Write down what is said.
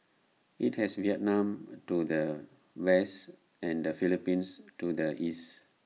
IT has Vietnam to the west and the Philippines to the east